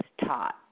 taught